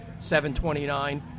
729